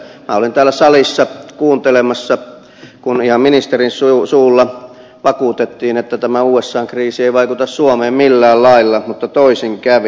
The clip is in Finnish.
minä olin täällä salissa kuuntelemassa kun ihan ministerin suulla vakuutettiin että tämä usan kriisi ei vaikuta suomeen millään lailla mutta toisin kävi